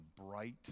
bright